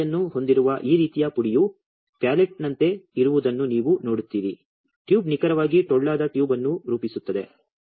ಸರಂಧ್ರತೆಯನ್ನು ಹೊಂದಿರುವ ಈ ರೀತಿಯ ಪುಡಿಯು ಪ್ಯಾಲೆಟ್ನಂತೆಯೇ ಇರುವುದನ್ನು ನೀವು ನೋಡುತ್ತೀರಿ ಟ್ಯೂಬ್ ನಿಖರವಾಗಿ ಟೊಳ್ಳಾದ ಟ್ಯೂಬ್ ಅನ್ನು ರೂಪಿಸುತ್ತದೆ